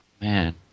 man